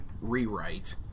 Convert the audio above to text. rewrite